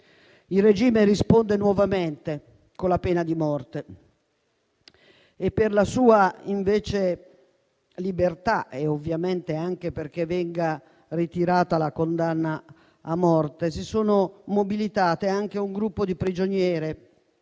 Il regime risponde nuovamente con la pena di morte. Per la sua libertà, e ovviamente perché venga ritirata la condanna a morte, si è mobilitato anche un gruppo di prigioniere